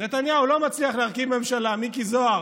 נתניהו לא מצליח להרכיב ממשלה, מיקי זוהר,